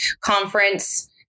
conference